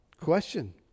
question